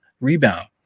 rebound